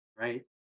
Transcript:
right